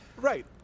right